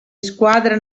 squadre